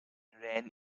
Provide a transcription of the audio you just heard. ran